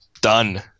Done